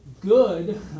good